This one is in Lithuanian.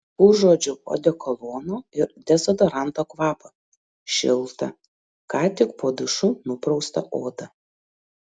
užuodžiau odekolono ir dezodoranto kvapą šiltą ką tik po dušu nupraustą odą